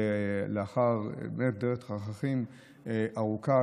לאחר דרך חתחתים ארוכה,